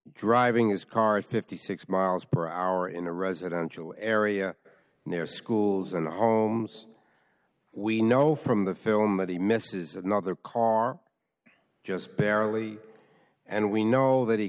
driving his car fifty six miles per hour in a residential area near schools and homes we know from the film that he misses another car just barely and we know that he